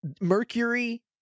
Mercury